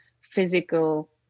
physical